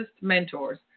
mentors